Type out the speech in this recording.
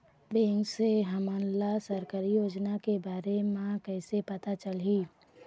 Bank से हमन ला सरकारी योजना के बारे मे कैसे पता चलही?